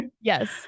yes